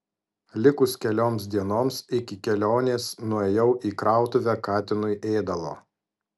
likus kelioms dienoms iki kelionės nuėjau į krautuvę katinui ėdalo